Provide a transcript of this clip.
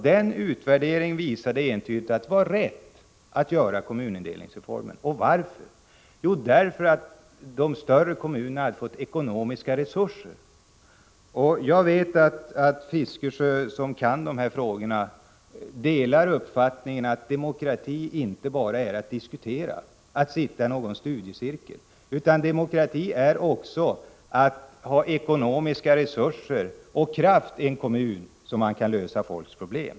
Denna utvärdering visade entydigt att det var rätt att göra kommunindelningsreformen. Varför? Jo, de större kommunerna hade fått bättre ekonomiska resurser. Jag vet att Bertil Fiskesjö, som kan dessa frågor, delar uppfattningen att demokrati inte bara är att diskutera, att sitta i någon studiecirkel, utan demokrati är också att ha ekonomiska resurser och kraft att t.ex. i en kommun kunna lösa folks problem.